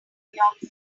york